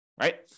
right